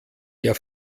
der